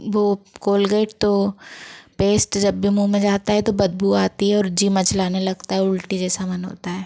वो कोलगेट तो पेस्ट जब भी मूँह में जाता है तो बदबू आती है और जी मचलाने लगता है उल्टी जैसा मनो होता है